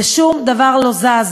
ושום דבר לא זז.